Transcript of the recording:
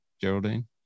Geraldine